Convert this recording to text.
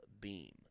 Beam